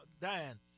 diane